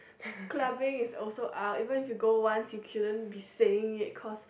clubbing is also out even if you going one you couldn't be saying cause